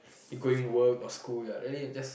going work or school yeah then you just